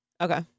Okay